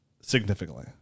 Significantly